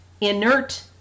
inert